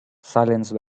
silence